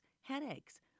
headaches